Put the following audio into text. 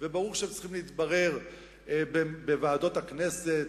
וברור שהם צריכים להתברר בוועדות הכנסת.